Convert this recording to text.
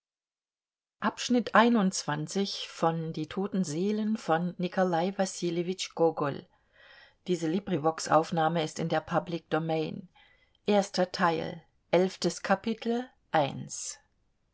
die toten seelen